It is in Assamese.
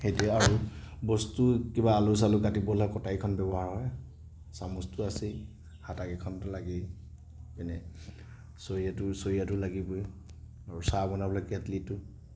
এতিয়া আৰু বস্তু কিবা আলু চালু কাটিবলৈ কটাৰীখন ব্যৱহাৰ হয় চামুচটো আছেই হেতাকেইখনতো লাগেই ইনেই চৰিয়াটো চৰিয়াটো লাগিবই আৰু চাহ বনাবলৈ কেটলিটো